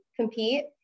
compete